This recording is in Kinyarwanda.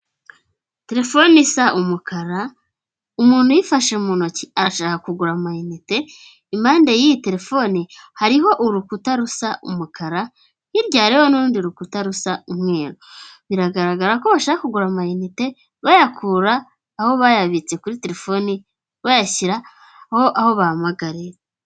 Telefone isa umukara umuntu uyifashe mu ntoki arashaka kugura amayinite impande y'iyi telefoni hariho urukuta rusa umukara hirya rero n'urundi rukuta rusa umweru biragaragara ko bashaka kugura amayinite bayakura aho bayabitse kuri telefoni bayashyira aho bahamagariye.